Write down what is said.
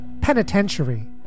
penitentiary